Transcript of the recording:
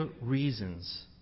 reasons